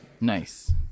Nice